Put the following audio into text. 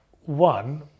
one